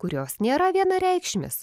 kurios nėra vienareikšmės